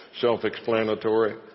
self-explanatory